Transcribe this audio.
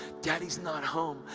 daddy's not home.